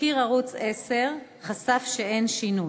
תחקיר ערוץ 10 חשף שאין שינוי.